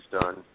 done